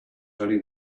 only